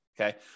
Okay